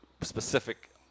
specific